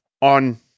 on